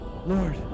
Lord